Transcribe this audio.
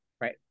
Right